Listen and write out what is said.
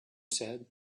said